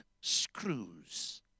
screws